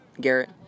Garrett